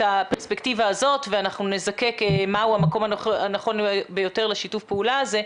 הפרספקטיבה הזאת ואנחנו נזקק מה הוא המקום הנכון ביותר לשיתוף הפעולה הזה.